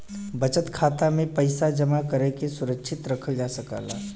बचत खाता में पइसा जमा करके सुरक्षित रखल जा सकला